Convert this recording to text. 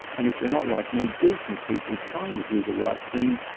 and if they're not like me, decent people trying to do the right thing,